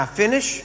finish